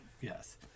yes